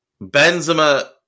Benzema